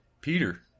Peter